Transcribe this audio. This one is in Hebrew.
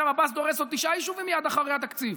עכשיו עבאס דורש עוד תשעה יישובים מייד אחרי התקציב.